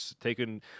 taken